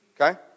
Okay